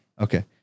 Okay